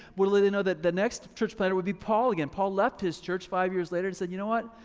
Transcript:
little did they know that the next church planter would be paul again. paul left his church five years later and said, you know what,